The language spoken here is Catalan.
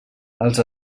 els